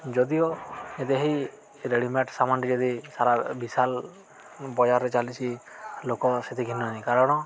ଯଦିଓ ଏତେ ହେଇ ରେଡ଼ି ମେଡ଼୍ ସାାମାନଟି ଯଦି ସାରା ବିଶାଲ ବଜାରରେ ଚାଲିଛିି ଲୋକ ସେତିକି କାରଣ